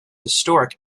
historic